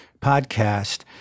podcast